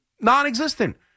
non-existent